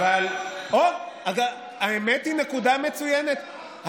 אוה, האמת, נקודה מצוינת.